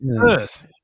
earth